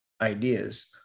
ideas